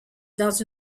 dans